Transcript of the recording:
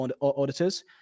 auditors